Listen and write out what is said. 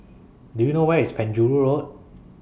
Do YOU know Where IS Penjuru Road